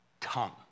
tongue